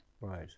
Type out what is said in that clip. Right